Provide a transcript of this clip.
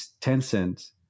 Tencent